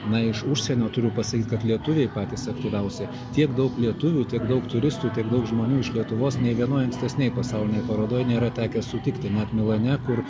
na iš užsienio turiu pasakyt kad lietuviai patys aktyviausi tiek daug lietuvių tiek daug turistų tiek daug žmonių iš lietuvos nė vienoj ankstesnėj pasaulinėj parodoj nėra tekę sutikti net milane kur